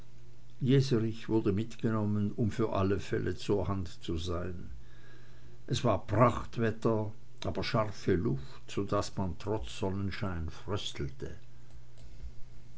jeserich wurde mitgenommen um für alle fälle zur hand zu sein es war prachtwetter aber scharfe luft so daß man trotz sonnenschein fröstelte